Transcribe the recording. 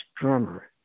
drummer